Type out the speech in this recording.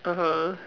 (uh huh)